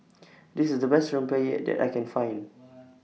This IS The Best Rempeyek that I Can Find